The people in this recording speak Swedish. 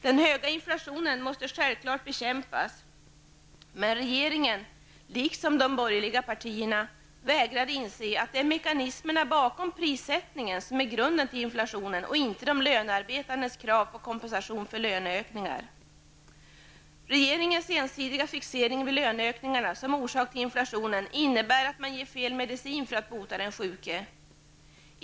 Den höga inflationen måste självklart bekämpas, men regeringen, liksom de borgerliga partierna, vägrar inse att det är mekanismerna bakom prissättningen som är grunden till inflationen och inte de lönearbetandes krav på kompensation för prisökningar. Regeringens ensidiga fixering vid löneökningarna som orsak till inflationen innebär att man ger fel medicin för att bota den sjuke.